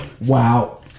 Wow